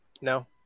No